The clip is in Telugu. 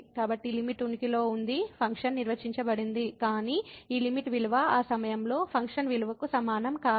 కాబట్టి లిమిట్ ఉనికిలో ఉంది ఫంక్షన్ నిర్వచించబడింది కానీ ఈ లిమిట్ విలువ ఆ సమయంలో ఫంక్షన్ విలువకు సమానం కాదు